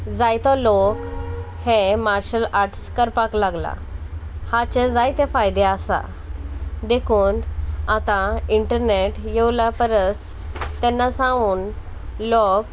जायतो लोक हे मार्शल आर्ट्स करपाक लागला हाचे जायते फायदे आसा देखून आतां इंटरनेट येवल्या परस तेन्ना सावन लोक